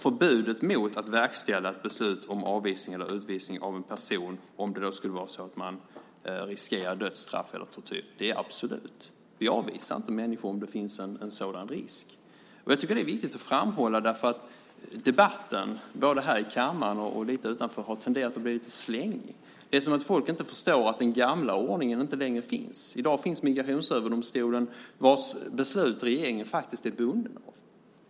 Förbudet mot att verkställa ett beslut om avvisning eller utvisning av en person som riskerar dödsstraff eller tortyr är absolut. Vi avvisar inte människor om det finns en sådan risk. Jag tycker att det är viktigt att framhålla det därför att debatten, både här i kammaren och lite utanför, har tenderat att bli lite slängig. Det verkar som om folk inte förstår att den gamla ordningen inte längre finns. I dag finns Migrationsöverdomstolen, vars beslut regeringen faktiskt är bunden av.